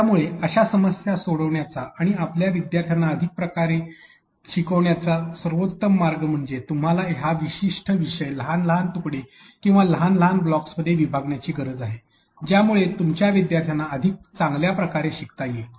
त्यामुळे अशा समस्या सोडवण्याचा आणि आपल्या विद्यार्थ्यांना अधिक चांगल्या प्रकारे शिकवण्याचा सर्वोत्तम मार्ग म्हणजे तुम्हाला हा विशिष्ट विषय लहान लहान तुकडे किंवा लहान लहान ब्लॉकमध्ये विभागण्याची गरज आहे ज्यामुळे तुमच्या विद्यार्थ्यांना अधिक चांगल्या प्रकारे शिकता येईल